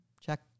check